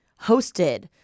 hosted